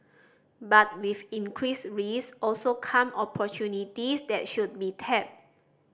but with increased risk also come opportunities that should be tapped